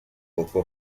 poco